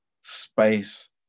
space